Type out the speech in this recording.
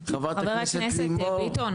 אנחנו רוצים טילים בליסטיים.